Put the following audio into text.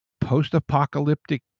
post-apocalyptic